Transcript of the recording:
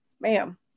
ma'am